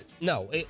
no